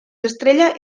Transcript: estrella